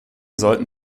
sollten